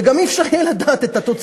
וגם לא יהיה אפשר לדעת את התוצאות,